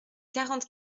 quarante